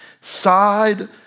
side